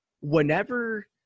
whenever